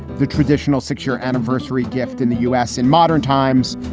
the traditional six year anniversary gift in the u s. in modern times,